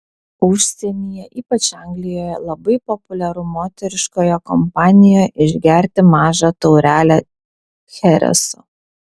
užsienyje ypač anglijoje labai populiaru moteriškoje kompanijoje išgerti mažą taurelę chereso